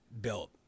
built